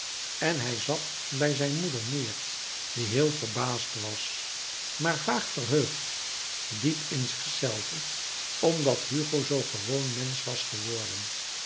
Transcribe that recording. en hij zat bij zijn moeder neêr die heel verbaasd was maar vaag verheugd diep in zichzelve omdat hugo zoo gewoon mensch was geworden